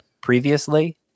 previously